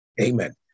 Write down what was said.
Amen